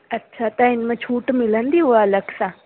अच्छा त हिन में छूट मिलंदी उहा अलॻि सां